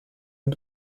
und